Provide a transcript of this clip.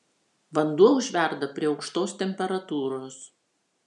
vanduo užverda prie aukštos temperatūros